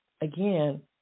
again